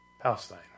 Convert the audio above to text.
Palestine